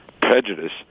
prejudice